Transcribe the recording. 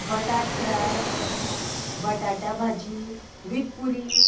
बटाट फ्राय बटाटा भाजी वीथ पुरी